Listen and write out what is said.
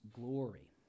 glory